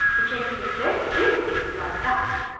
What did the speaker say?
the gentry don't do things like that.